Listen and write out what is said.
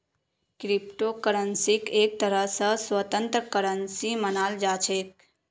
crypto करन्सीक एक तरह स स्वतन्त्र करन्सी मानाल जा छेक